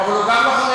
אבל הוא גם לא,